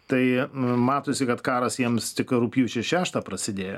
tai matosi kad karas jiems tik rugpjūčio šeštą prasidėjo